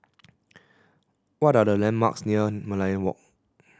what are the landmarks near Merlion Walk